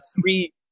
three